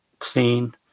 scene